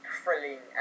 thrilling